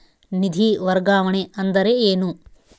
ನಿಧಿ ವರ್ಗಾವಣೆ ಅಂದರೆ ಏನು?